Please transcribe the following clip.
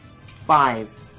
five